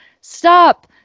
stop